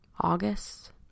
August